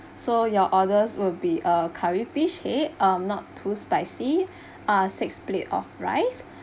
so your orders will be a curry fish head um not too spicy ah six plate of rice